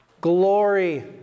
Glory